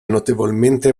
notevolmente